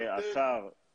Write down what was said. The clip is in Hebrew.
שהשר --- אני רוצה להבין.